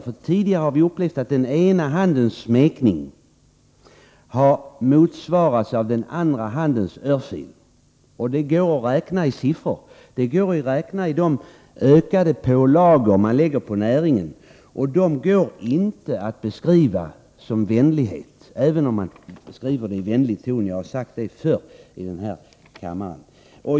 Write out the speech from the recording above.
Då har vi nämligen upplevt att den ena handens smekning har motverkats av den andra handens örfil. Det kan man mäta i de ökade pålagorna på jordbruksnäringen. Dessa går inte att beskriva som vänlighet, även om de presenteras med en vänlig ton. Det har jag sagt förut i denna kammare.